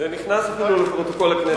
זה נכנס אפילו לפרוטוקול הכנסת,